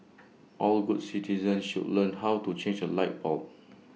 all good citizens should learn how to change A light bulb